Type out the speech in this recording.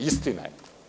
Istina je.